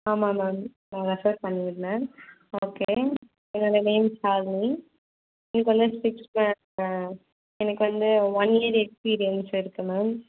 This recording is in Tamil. ஆமாம் மேம் நான் ரெஃபர் பண்ணியிருந்தேன் ஓகே என்னோடய நேம் ஷாலினி எனக்கு வந்து சிக்ஸ் எனக்கு வந்து ஒன் இயர் எக்ஸ்பீரியன்ஸ் இருக்குது மேம்